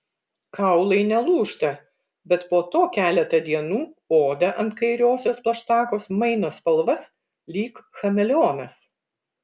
kaulai nelūžta bet po to keletą dienų oda ant kairiosios plaštakos maino spalvas lyg chameleonas